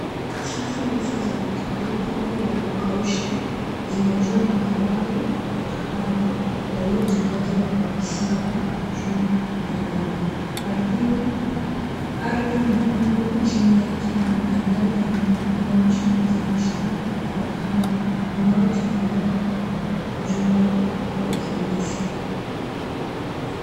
Safu ndefu za matandiko ya kukausha zimejaa maharagwe ya kahawa yaliyotandazwa kwa usawa juu ya wavu. Ardhi nyekundu chini yake na mandhari ya nyuma huonyesha uzalishaji wa kahawa unaotegemewa jua kwa ufanisi.